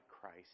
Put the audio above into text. Christ